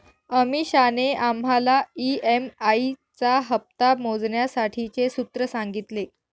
अमीषाने आम्हाला ई.एम.आई चा हप्ता मोजण्यासाठीचे सूत्र सांगितले